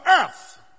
earth